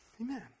Amen